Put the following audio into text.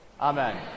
amen